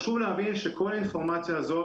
חשוב להבין שכל האינפורמציה הזאת